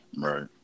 Right